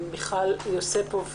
עם מיכל יוספוף,